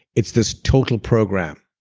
it's this total program